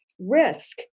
Risk